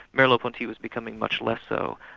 merleau-ponty was becoming much less so.